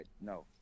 no